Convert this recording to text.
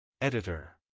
Editor